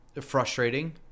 frustrating